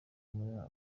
muri